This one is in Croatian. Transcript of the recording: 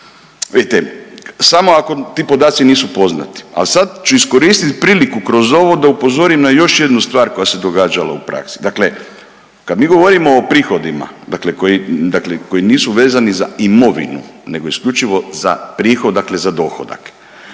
samo ako ti podaci nisu poznati. Al sad ću iskoristit priliku kroz ovo da upozorim na još jednu stvar koja se događala u praksi. Dakle kad mi govorimo o prihodima dakle koji, dakle koji nisu vezani za imovinu nego isključivo za prihod dakle za dohodak,